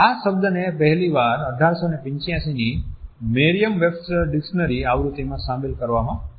આ શબ્દને પહેલી વાર 1885 ની મેરિયમ વેબસ્ટર ડીક્ષનરી આવૃત્તિમાં શામેલ કરવામાં આવ્યો હતો